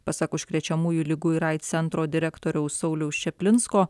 pasak užkrečiamųjų ligų ir aids centro direktoriaus sauliaus čaplinsko